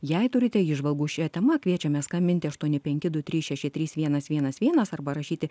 jei turite įžvalgų šia tema kviečiame skambinti aštuoni penki du trys šeši trys vienas vienas vienas arba rašyti